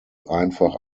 einfach